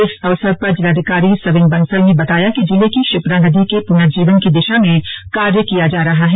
इस अवसर पर जिलाधिकारी सविन बंसल ने बताया कि जिले की शिप्रा नदी के पुर्नजीवन की दिशा में कार्य किया जा रहा है